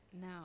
No